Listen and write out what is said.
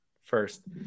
first